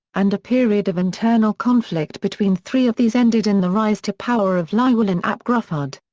and a period of internal conflict between three of these ended in the rise to power of llywelyn ap gruffudd.